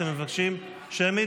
אתם מבקשים שמית?